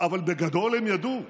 אבל בגדול הם ידעו: